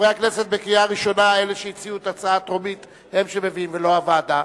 חברי הכנסת שהציעו את ההצעה הטרומית הם שמביאים ולא הוועדה.